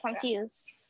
confused